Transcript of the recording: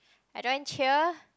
I joined cheer